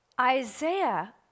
Isaiah